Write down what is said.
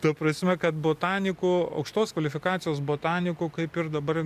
ta prasme kad botanikų aukštos kvalifikacijos botanikų kaip ir dabar